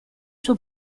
suo